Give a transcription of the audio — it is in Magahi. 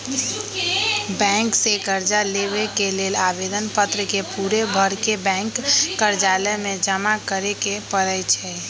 बैंक से कर्जा लेबे के लेल आवेदन पत्र के पूरे भरके बैंक कर्जालय में जमा करे के परै छै